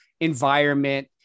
environment